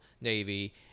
Navy